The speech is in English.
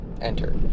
Enter